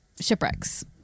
shipwrecks